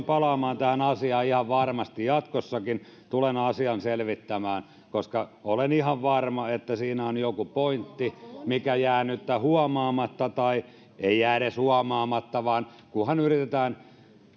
palaamaan tähän asiaan ihan varmasti jatkossakin tulen asian selvittämään koska olen ihan varma että siinä on joku pointti mikä jää nytten huomaamatta tai ei jää edes huomaamatta vaan kunhan yritetään